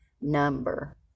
number